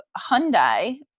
Hyundai